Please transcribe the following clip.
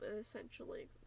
essentially